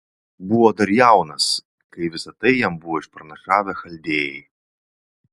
buvo dar jaunas kai visa tai jam buvo išpranašavę chaldėjai